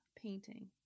painting